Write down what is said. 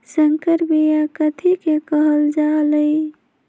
संकर बिया कथि के कहल जा लई?